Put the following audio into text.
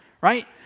right